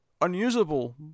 unusable